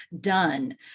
done